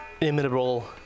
imitable